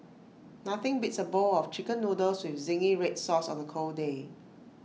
nothing beats A bowl of Chicken Noodles with Zingy Red Sauce on A cold day